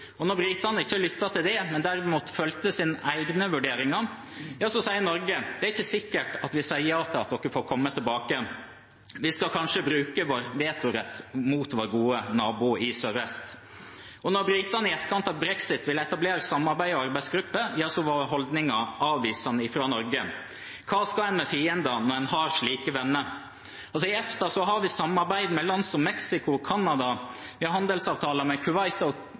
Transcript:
Og da britene ikke lyttet til det, men derimot fulgte sine egne vurderinger, sier Norge: Det er ikke sikkert at vi sier ja til at dere får komme tilbake, vi skal kanskje bruke vår vetorett mot vår gode nabo i sørvest. Og når britene i etterkant av brexit ville etablere et samarbeid og en arbeidsgruppe, var holdningen fra Norge avvisende. Hva skal en med fiender når en har slike venner? I EFTA har vi samarbeid med land som Mexico og Canada, vi har handelsavtaler med